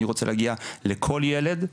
אני רוצה להגיע לכל ילד,